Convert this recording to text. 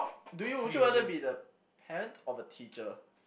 do you would you rather be the parent of a teacher